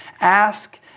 Ask